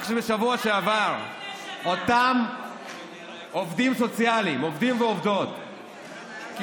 רק בשבוע שעבר אותם עובדים ועובדות סוציאליים